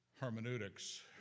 hermeneutics